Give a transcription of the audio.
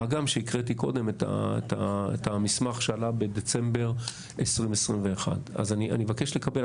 מה גם שהקראתי קודם את המסמך שעלה בדצמבר 2021. אני מבקש לקבל.